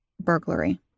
burglary